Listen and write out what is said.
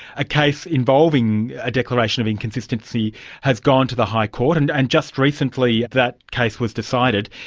a case involving a declaration of inconsistency has gone to the high court, and and just recently that case was decided.